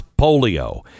polio